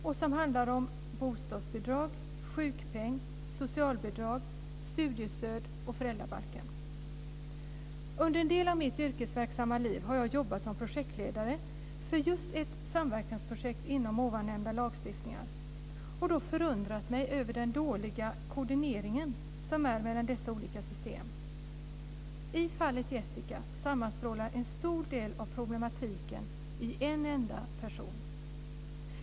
Det handlar om bostadsbidrag, sjukpeng, socialbidrag, studiestöd och föräldrabalken. Under en del av mitt yrkesverksamma liv har jag jobbat som projektledare för ett samverkansprojekt som gällde just ovannämnda lagstiftningar och då förundrat mig över den dåliga koordineringen mellan dessa olika system. I fallet Jessica sammanstrålar en stor del av problematiken i en enda person.